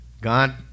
God